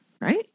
right